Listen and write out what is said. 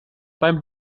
beim